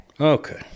Okay